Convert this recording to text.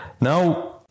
Now